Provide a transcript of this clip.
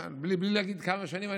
בלי להגיד כמה שנים.